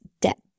depth